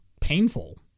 painful